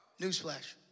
Newsflash